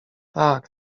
tak